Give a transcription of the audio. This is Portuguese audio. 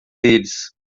deles